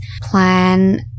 plan